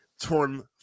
torn